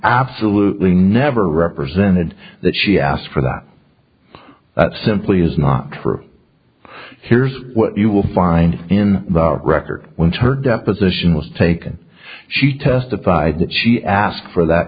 absolutely never represented that she asked for that that simply is not true here's what you will find in the record when her deposition was taken she testified that she asked for that